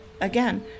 Again